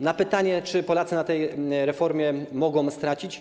Było pytanie: Czy Polacy na tej reformie mogą stracić?